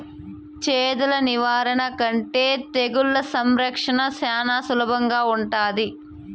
చెదల నివారణ కంటే తెగుళ్ల సంరక్షణ చానా సులభంగా ఉంటాది